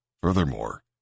Furthermore